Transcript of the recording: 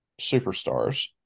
superstars